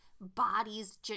bodies